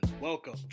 welcome